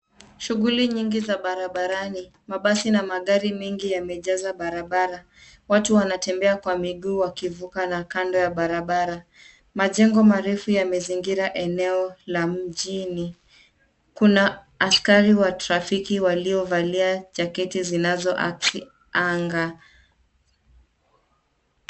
Shughuli nyingi za barabaani. Mabasi na magari mengi yamejaza barabara. Watu wanatembea kwa miguu wakivuka na kando ya barabara. Majengo marefu yamezingira eneo la mjini. Kuna askari wa trafiki waliovalia jaketi zinaziakisi anga.